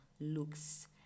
looks